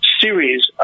series